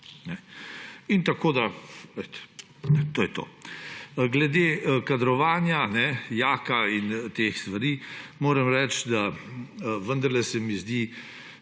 Nikoli. To je to. Glede kadrovanja JAK in teh stvari moram reči, da vendarle se mi zdi